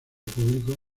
público